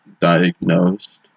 diagnosed